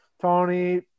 Tony